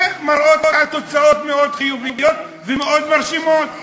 ומראות תוצאות מאוד חיוביות ומאוד מרשימות.